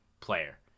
player